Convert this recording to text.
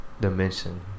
dimension